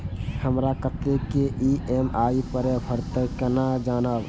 हमरा कतेक ई.एम.आई भरें परतें से केना जानब?